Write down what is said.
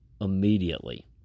immediately